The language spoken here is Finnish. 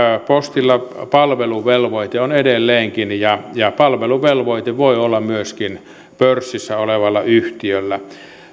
postilla palveluvelvoite on edelleenkin ja ja palveluvelvoite voi olla myöskin pörssissä olevalla yhtiöllä